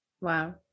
Wow